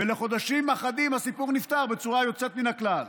ולחודשים אחדים הסיפור נפתר בצורה יוצאת מן הכלל.